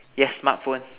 yes smart phone